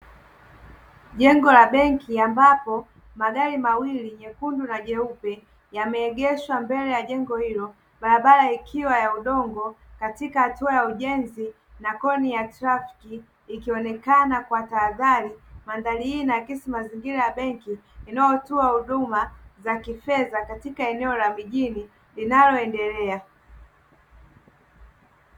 Jengo la benki ambapo magari mawili, nyekundu na jeupe yemeegeshwa mbele ya jengo hilo, barabara ikiwa ya udongo katika hatua ya ujenzi na koni ya trafiki ikionekana kwa tahadhari. Mandhari hii inaakisi mazingira ya benki inayotoa huduma za kifedha katika eneo la mijini inayoendelea.